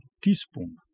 teaspoon